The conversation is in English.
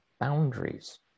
boundaries